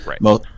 Right